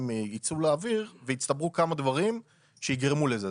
יצאו לאוויר ויצטברו כמה דברים שיגרמו לזה.